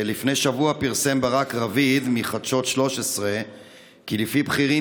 לפני שבוע פרסם ברק רביד מחדשות 13 כי לפי בכירים